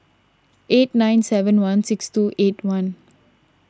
eight nine seven one six two eight one